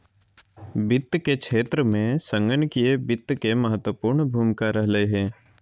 वित्त के क्षेत्र में संगणकीय वित्त के महत्वपूर्ण भूमिका रहलय हें